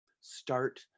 start